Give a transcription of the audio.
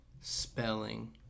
spelling